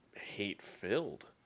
hate-filled